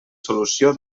solució